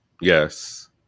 Yes